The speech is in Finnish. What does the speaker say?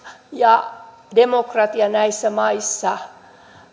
ja demokratia näissä maissa